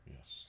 Yes